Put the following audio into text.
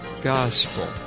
gospel